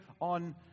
on